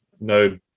no